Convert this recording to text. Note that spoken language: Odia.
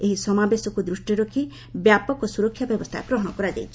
ଏହି ସମାବେଶକୁ ଦୃଷ୍ଟିରେ ରଖି ବ୍ୟାପକ ସୁରକ୍ଷା ବ୍ୟବସ୍ଥା ଗ୍ରହଣ କରାଯାଇଛି